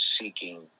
seeking